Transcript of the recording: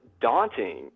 daunting